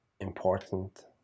important